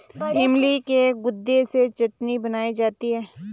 इमली के गुदे से चटनी बनाई जाती है